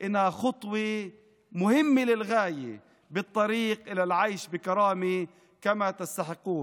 שזה צעד חשוב מאוד בדרך לחיות בכבוד כמו שמגיע לכם.